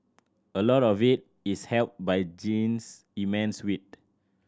a lot of it is helped by Jean's immense wit